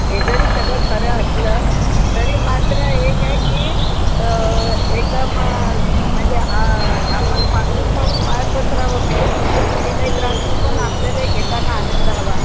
हे जरी सगळं खरं असलं तरी मात्र एक आहे की एकदम म्हणजे आ आपण पांघरुण पाहून पाय पसरावं म्हणजे पुढच्या पिढीलाही त्रास नको न आपल्यालाही घेताना आनंद हवा